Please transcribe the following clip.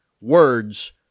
Words